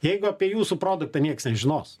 jeigu apie jūsų produktą nieks nežinos